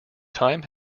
time